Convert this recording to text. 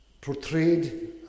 portrayed